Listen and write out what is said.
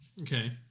okay